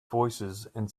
voicesand